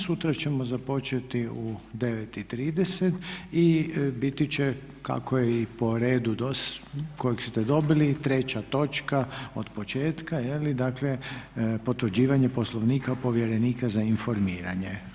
Sutra ćemo započeti u 9,30 i biti će kako je i po redu kojeg ste dobili treća točka od početka, dakle potvrđivanje Poslovnika povjerenika za informiranje.